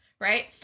Right